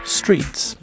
streets